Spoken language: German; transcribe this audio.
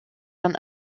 dann